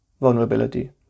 vulnerability